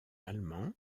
allemand